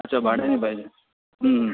अच्छा भाड्याने पाहिजे